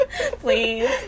Please